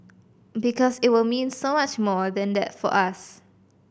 because it will mean so much more than that for us